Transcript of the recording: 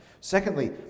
Secondly